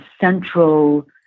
central